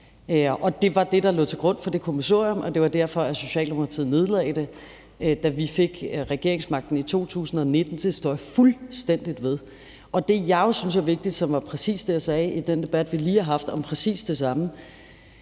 Det var det, der lå til grund for det kommissorium, og det var derfor, Socialdemokratiet nedlagde det, da vi i 2019 fik regeringsmagten, og det står jeg fuldstændig ved. Det, som jeg synes er vigtigt, og det var også præcis det, jeg sagde i den debat, vi lige har haft om præcis det samme,